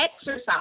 exercise